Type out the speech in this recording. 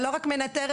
בואו נלך לשם.